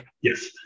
Yes